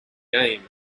game